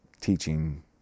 teaching